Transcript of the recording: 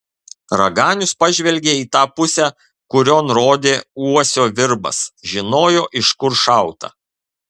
raganius pažvelgė į tą pusę kurion rodė uosio virbas žinojo iš kur šauta